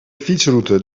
fietsroute